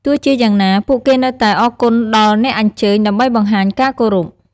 ទោះជាយ៉ាងណា ពួកគេនៅតែអរគុណដល់អ្នកអញ្ជើញដើម្បីបង្ហាញការគោរព។